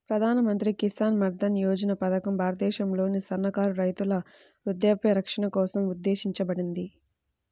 ప్రధాన్ మంత్రి కిసాన్ మన్ధన్ యోజన పథకం భారతదేశంలోని సన్నకారు రైతుల వృద్ధాప్య రక్షణ కోసం ఉద్దేశించబడింది